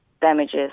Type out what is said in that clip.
damages